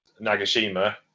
Nagashima